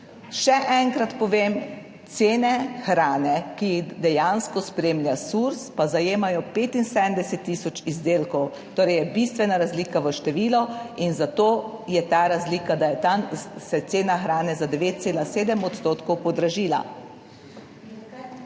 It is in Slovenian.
Še enkrat povem, cene hrane, ki jih dejansko spremlja SURS, pa zajemajo 75 tisoč izdelkov, torej je bistvena razlika v številu in zato je ta razlika, da se je tam cena hrane za 9,7 % podražila.